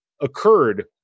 occurred